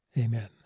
Amen